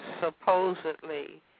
supposedly